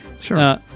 sure